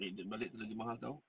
eh duit balik tu lagi mahal [tau]